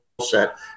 set